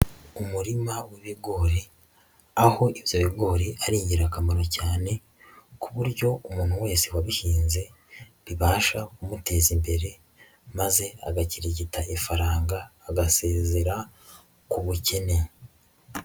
Umurima w'ibigori aho ibyo bigori ari ingirakamaro cyane ku buryo umuntu wese wabihinze bibasha kumuteza imbere maze agakirigita ifaranga agasezera ku bukene.